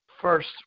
first